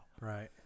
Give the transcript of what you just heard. Right